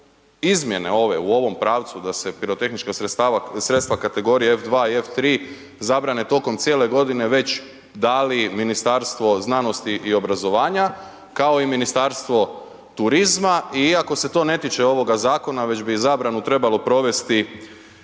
izmjene ove u ovom pravcu da pirotehnička sredstva kategorije F2 i F3 zabrane tokom cijele godine već dali Ministarstvo znanosti i obrazovanja kao i Ministarstvo turizma i iako se to ne tiče ovoga zakona već bi zabranu trebalo provesti